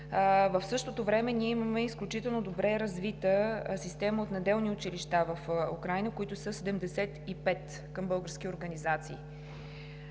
В същото време ние имаме изключително добре развита система от неделни училища в Украйна, които са 75, към български организации.